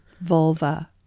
Vulva